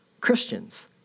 Christians